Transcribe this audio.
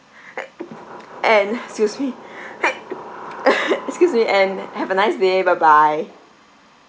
and excuse me excuse me and have a nice day bye bye